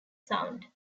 sound